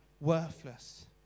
worthless